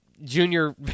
Junior